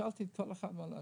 שאלתי את כל אחד: כמה זה עולה?